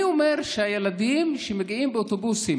אני אומר שילדים שמגיעים באוטובוסים